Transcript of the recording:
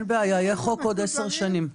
יהיה חוק עוד עשר שנים.